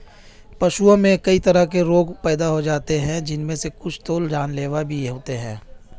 पशुओं में कई तरह के रोग पैदा हो जाते हैं जिनमे से कुछ तो जानलेवा भी होते हैं